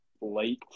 light